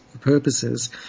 purposes